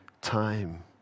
time